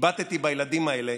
הבטתי בילדים האלה